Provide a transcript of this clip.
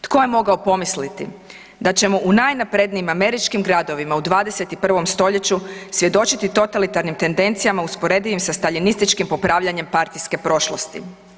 Tko je mogao pomisliti da ćemo u najnaprednijim američkim gradovima u 21. st. svjedočiti totalitarnim tendencijama usporedivim sa staljinističkim popravljanjem partijske prošlosti.